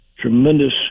tremendous